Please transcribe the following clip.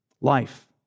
life